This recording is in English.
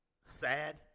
Sad